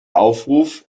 aufruf